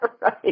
right